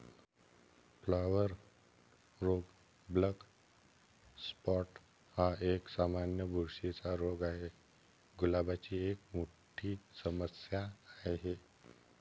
flower रोग black spot हा एक, सामान्य बुरशीचा रोग आहे, गुलाबाची एक मोठी समस्या आहे